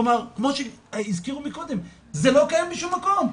כלומר, כמו שהזכירו מקודם, זה לא קיים בשום מקום.